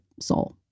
soul